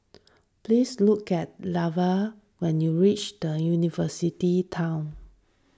please look at Leva when you reach the University Town